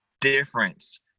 difference